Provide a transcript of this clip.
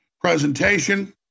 presentation